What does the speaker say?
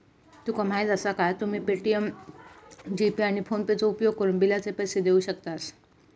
तुका माहीती आसा काय, तुम्ही पे.टी.एम, जी.पे, आणि फोनेपेचो उपयोगकरून बिलाचे पैसे देऊ शकतास